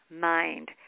mind